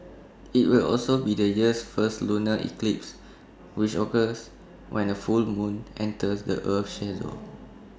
IT will also be the year's first lunar eclipse which occurs when A full moon enters the Earth's shadow